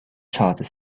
charter